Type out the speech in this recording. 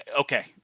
okay